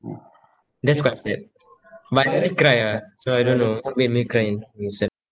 that's quite sad but I didn't cry ah so I don't know what make me cry and sad